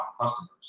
customers